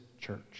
church